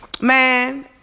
Man